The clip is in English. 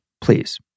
please